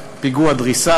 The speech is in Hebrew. בירושלים,